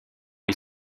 est